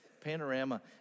Panorama